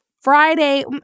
Friday